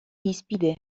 hizpide